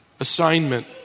assignment